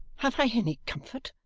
have i any comfort?